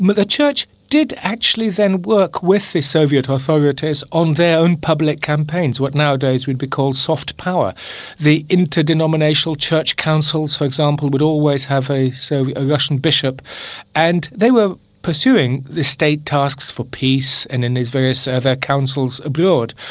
but church did actually then work with the soviet authorities on their own public campaigns, what nowadays would be called soft power' the interdenominational church councils, for example, would always have a so ah russian bishop and they were pursuing the state tasks for peace and in these various ah soviet councils abroad.